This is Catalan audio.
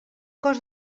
cos